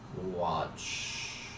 watch